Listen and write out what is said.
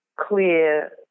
clear